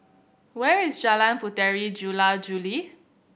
where is Jalan Puteri Jula Juli